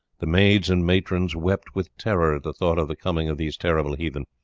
the maids and matrons wept with terror at the thought of the coming of these terrible heathen,